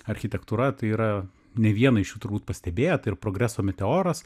architektūra tai yra ne vieną iš jų turbūt pastebėję tai ir progreso meteoras